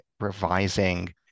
revising